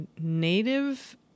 native